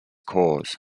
cause